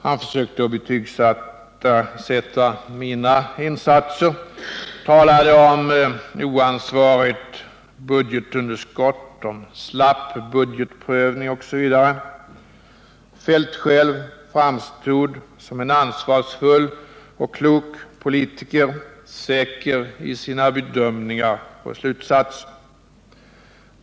Han försökte betygsätta mina insatser och talade om oansvarigt budgetunderskott, slapp budgetprövning osv. Herr Feldt själv framstod som en ansvarsfull och klok politiker, säker i sina bedömningar och slutsatser.